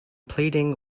pleading